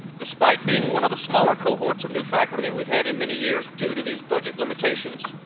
despite being one of the smaller cohorts of new faculty that we've had in many years due to these budget limitations,